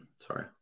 Sorry